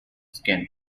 skin